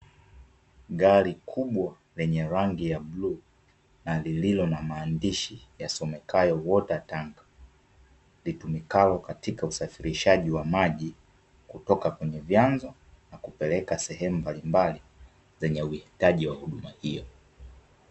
Gari kubwa lenye rangi ya bluu na lililo na maandishi yasomekayo "WATER TANK", litumikalo katika usafirishaji wa maji kutoka kwenye vyanzo na kupeleka sehemu mbalimbali, zenye uhitaji wa huduma hiyo.